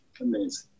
Amazing